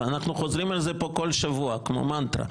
כל שבוע אנחנו חוזרים על זה כאן כמו מנטרה.